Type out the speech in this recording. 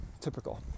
typical